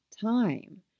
time